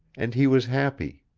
and he was happy.